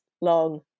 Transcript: long